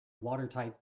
watertight